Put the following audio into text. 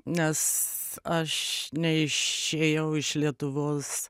nes aš neišėjau iš lietuvos